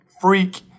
freak